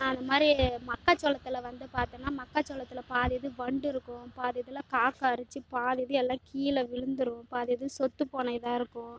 அந்த மாதிரி மக்கா சோளத்தில் வந்து பாத்தோனா மக்கா சோளத்தில் பாதி இது வண்டு இருக்கும் பாதி இதில் காக்கா அரித்து பாதி இது எல்லாம் கீழே விழுந்துடும் பாதி இது சொத்தை ஆன இதா இருக்கும்